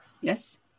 Yes